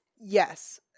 yes